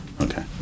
Okay